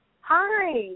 Hi